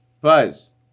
Buzz